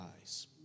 eyes